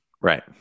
right